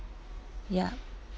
ya